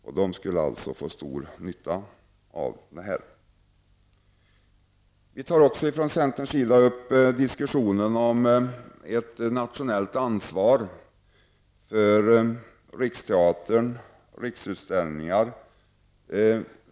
Från centerns sida tar vi också upp diskussionen om ett nationellt ansvar för Riksteatern, Riksutställningar.